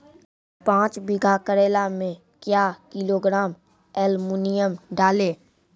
पाँच बीघा करेला मे क्या किलोग्राम एलमुनियम डालें?